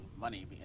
money